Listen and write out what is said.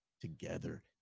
together